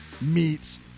meets